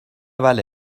بله